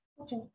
Okay